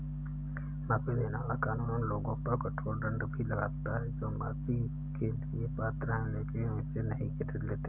माफी देने वाला कानून उन लोगों पर कठोर दंड भी लगाता है जो माफी के लिए पात्र हैं लेकिन इसे नहीं लेते हैं